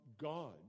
God